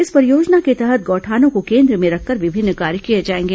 इस परियोजना के तहत गौठानों को केन्द्र में रखकर विभिन्न कार्य किए जाएंगे